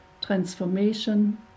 transformation